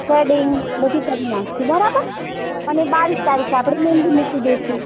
threading બધું કરી નાખીશું બરાબર અને બાવીસ તારીખે આપણે મહેંદી મૂકી દઈશું